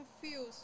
confused